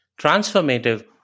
transformative